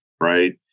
right